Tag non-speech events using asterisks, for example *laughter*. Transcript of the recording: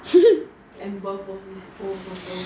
*laughs* amber post this old photo